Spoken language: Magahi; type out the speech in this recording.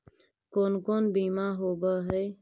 कोन कोन बिमा होवय है?